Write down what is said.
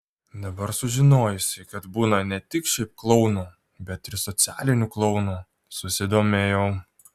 dabar sužinojusi kad būna ne tik šiaip klounų bet ir socialinių klounų susidomėjau